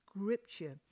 scripture